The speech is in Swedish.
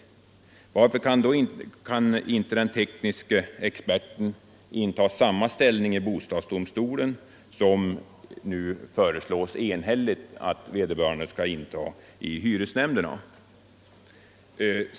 Varför skall den tekniske experten då inte inta samma ställning i bostadsdomstolen som det nu enhälligt föreslås att vederbörande skall inta i hyresnämnderna?